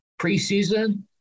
preseason